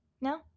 No